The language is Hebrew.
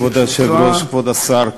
כבוד היושב-ראש, כבוד השר,